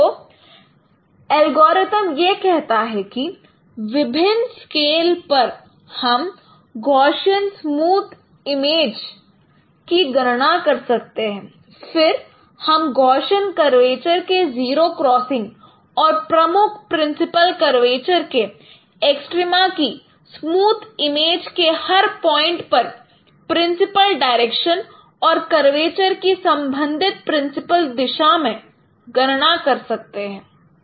तो एल्गोरिथ्म यह कहता है कि विभिन्न स्केल पर हम गौशियन स्मूद इमेज की गणना कर सकते हैं फिर हम गौशियन कर्वेचर के जीरो क्रॉसिंग और प्रमुख प्रिंसिपल कर्वेचर के एक्सट्रीमा की स्मूद इमेज के हर पॉइंट पर प्रिंसिपल डायरेक्शन और कर्वेचर की संबंधित प्रिंसिपल दिशा में गणना कर सकते हैं